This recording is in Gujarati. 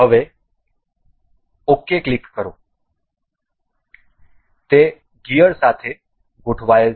હવે ક્લિક OK તે ગિયર સાથે ગોઠવાયેલ છે